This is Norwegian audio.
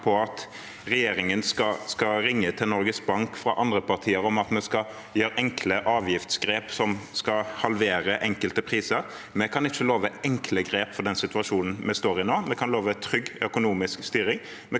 som at regjeringen skal ringe til Norges Bank, og fra andre partier om at vi skal gjøre enkle avgiftsgrep som skal halvere enkelte priser. Vi kan ikke love enkle grep for den situasjonen vi står i nå. Vi kan love trygg økonomisk styring,